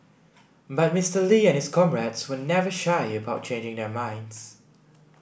but Mister Lee and his comrades were never shy about changing their minds